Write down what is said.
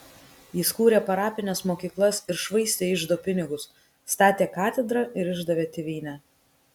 jis kūrė parapines mokyklas ir švaistė iždo pinigus statė katedrą ir išdavė tėvynę